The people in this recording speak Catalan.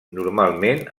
normalment